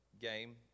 game